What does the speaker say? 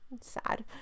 sad